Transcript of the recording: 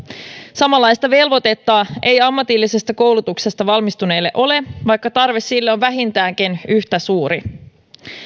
samanlaista velvoitetta ei ammatillisesta koulutuksesta valmistuneelle ole vaikka tarve sille on vähintäänkin yhtä suuri